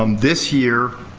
um this year,